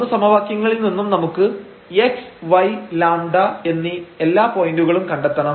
മൂന്നു സമവാക്യങ്ങളിൽ നിന്നും നമുക്ക് x y λ എന്നീ എല്ലാ പോയന്റുകളും കണ്ടെത്തണം